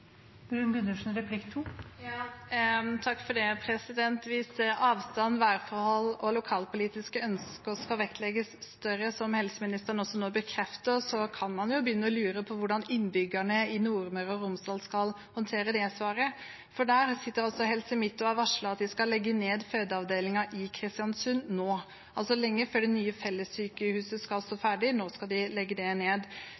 Hvis avstand, værforhold og lokalpolitiske ønsker skal vektlegges mer, som helseministeren også nå bekrefter, kan man jo begynne å lure på hvordan innbyggerne i Nordmøre og Romsdal skal håndtere det svaret, for der sitter altså Helse Midt og har varslet at de skal legge ned fødeavdelingen i Kristiansund nå. Nå, altså lenge før det nye fellessykehuset skal stå